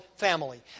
family